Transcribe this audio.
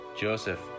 Joseph